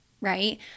right